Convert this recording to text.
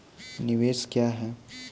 निवेश क्या है?